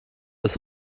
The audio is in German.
bis